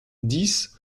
dix